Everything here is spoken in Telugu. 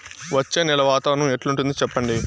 వచ్చే నెల వాతావరణం ఎట్లుంటుంది చెప్పండి?